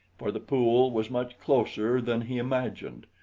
for the pool was much closer than he imagined,